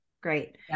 great